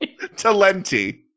Talenti